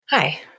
Hi